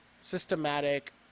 systematic